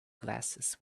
glasses